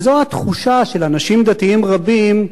וזו התחושה של אנשים דתיים רבים,